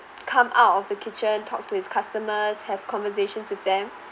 come out of the kitchen talked to his customers have conversations with them